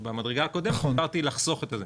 לחסוך.